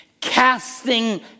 Casting